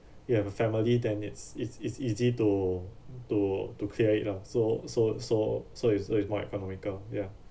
you have a family than it's it's it's easy to to to clear it lah so so so so it's so it's more economical ya